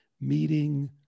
meeting